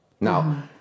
Now